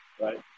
Right